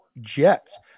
Jets